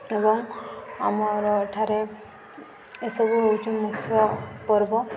ଏବଂ ଆମର ଏଠାରେ ଏସବୁ ହେଉଛି ମୁଖ୍ୟ ପର୍ବ